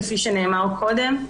כפי שנאמר קודם.